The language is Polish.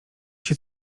się